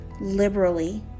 liberally